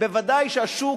בוודאי שהשוק,